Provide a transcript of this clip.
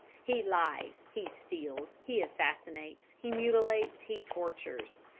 he lies, he steals, he assassinates, he mutilates, he tortures.